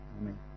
Amen